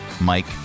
Mike